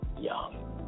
Young